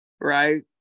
right